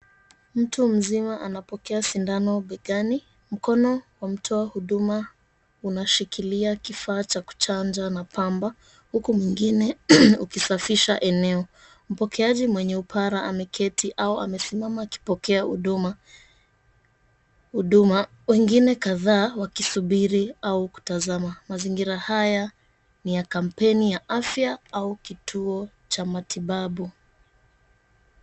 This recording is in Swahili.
Mtu mzima anapokea sindano begani. Mkono wa mtu wa huduma unashikilia kifaa cha kuchanja na pamba huku mwingine ukisafisha eneo. Mpokeaji mwenye upara ameketi au amesimama akipokea huduma, wengine kadhaa wakisubiri au kutazama. Mazingira haya ni ya kampeni ya afya au kituo cha matibabu.